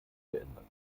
geändert